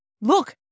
Look